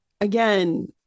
again